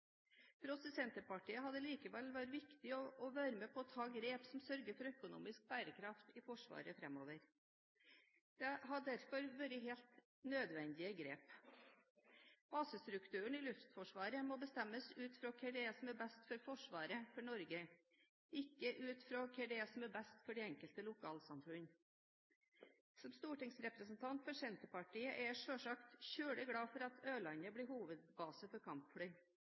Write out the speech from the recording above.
For oss i Senterpartiet har det likevel vært viktig å være med på å ta grep som sørger for økonomisk bærekraft i Forsvaret framover. Det har derfor vært helt nødvendige grep. Basestrukturen i Luftforsvaret må bestemmes ut fra hva som er best for forsvaret av Norge, ikke ut fra hva som er best for de enkelte lokalsamfunn. Som stortingsrepresentant for Senterpartiet er jeg selvsagt svært glad for at Ørland blir hovedbase for kampfly,